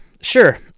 sure